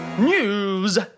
News